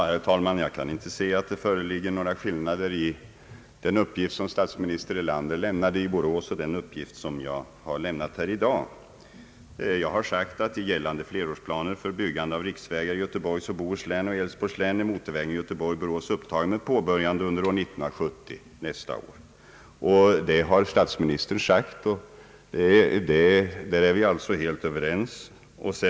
Herr talman! Jag kan inte finna att det föreligger några skillnader mellan den uppgift, som statsminister Erlander lämnade i Borås, och den uppgift som jag lämnat i dag. Jag har sagt att i gällande flerårsplaner för byggande av riksvägar i Göteborgs och Bohus län och i Älvsborgs län är motorvägen Göteborg—Borås upptagen med påbörjande under år 1970. Det har också statsministern sagt och därom är vi helt överens.